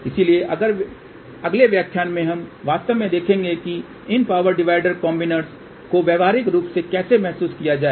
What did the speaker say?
इसलिए अगले व्याख्यान में हम वास्तव में देखेंगे कि इन पावर डिवाइडर कॉम्बीनेर्स को व्यावहारिक रूप से कैसे महसूस किया जाए